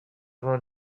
vingt